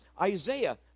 Isaiah